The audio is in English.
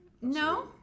No